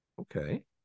okay